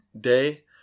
Day